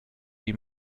wie